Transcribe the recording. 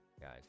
guys